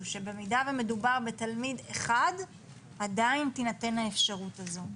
שבמידה שמדובר בתלמיד אחד עדיין תינתן האפשרות הזו.